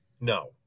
No